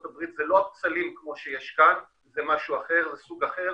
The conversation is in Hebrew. הברית הם לא כמו שיש כאן זה סוג אחר.